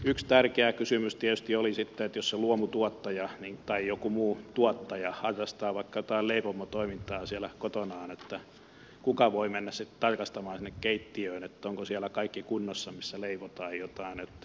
yksi tärkeä kysymys tietysti oli että jos se luomutuottaja tai joku muu tuottaja harrastaa vaikka jotain leipomotoimintaa siellä kotonaan niin kuka voi mennä sitten tarkastamaan sinne keittiöön onko kaikki kunnossa siellä missä leivotaan jotain